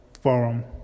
forum